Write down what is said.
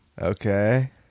okay